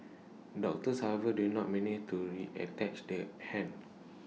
doctors however did not manage to reattach the hand